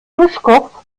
duschkopf